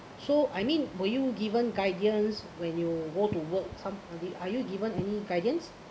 so I mean were you given guardians when you go to work some are you given any guardians